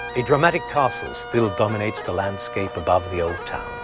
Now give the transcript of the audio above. a dramatic castle still dominates the landscape above the old town.